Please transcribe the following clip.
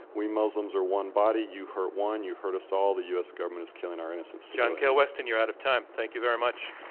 we muslims are one body. you hurt one, you hurt us all. the u. s. government is killing our innocents. john kael weston, you're out of time. thank you very much.